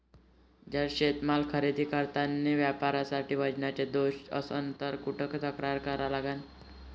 जर शेतीमाल खरेदी करतांनी व्यापाऱ्याच्या वजनात दोष असन त कुठ तक्रार करा लागन?